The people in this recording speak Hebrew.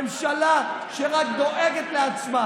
ממשלה שרק דואגת לעצמה,